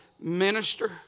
minister